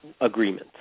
agreement